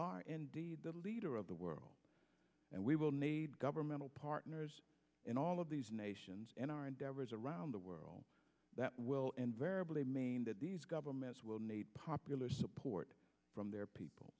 are indeed the leader of the world and we will need governmental partners in all of these nations in our endeavors around the world that will invariably main that these governments will need popular support from their pe